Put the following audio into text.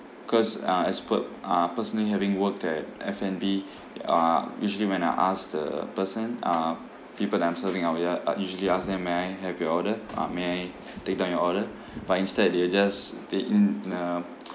cause uh as per~ uh personally having worked at F and B uh usually when I ask the person uh people that I'm serving I will ya uh usually ask them may I have your order uh may I take down your order but instead they were just they in a